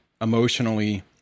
emotionally